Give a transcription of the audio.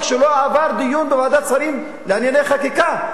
שלא עבר דיון בוועדת שרים לענייני חקיקה.